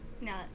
No